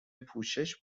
پوشش